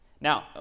Now